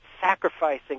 sacrificing